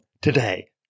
today